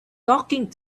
talking